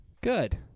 Good